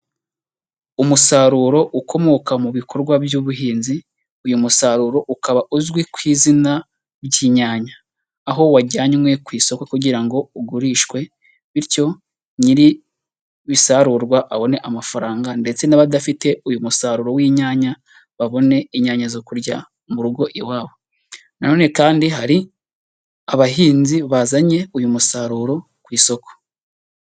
Umusaruro ukomoka mu bikorwa by'ubuhinzi, uyu musaruro ukaba uzwi ku izina ry'inyanya, aho wajyanywe ku isoko kugira ngo ugurishwe bityo nyiribisarurwa abone amafaranga ndetse n'abadafite uyu musaruro w'inyanya babone inyanya zo kurya mu rugo iwabo, nanone kandi hari abahinzi bazanye uyu musaruro ku isoko.